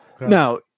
Now